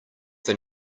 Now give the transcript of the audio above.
they